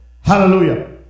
Hallelujah